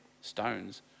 stones